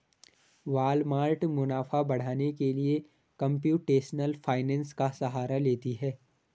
Walmart मुनाफा बढ़ाने के लिए कंप्यूटेशनल फाइनेंस का सहारा लेती है